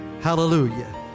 Hallelujah